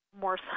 more